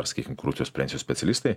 ar sakykim korupcijos prevencijos specialistai